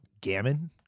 gammon